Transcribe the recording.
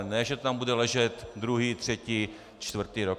Ne že to tam bude ležet druhý, třetí, čtvrtý rok.